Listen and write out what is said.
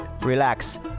relax